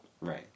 Right